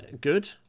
Good